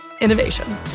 innovation